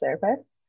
therapist